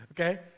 Okay